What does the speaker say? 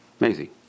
Amazing